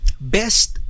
best